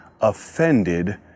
offended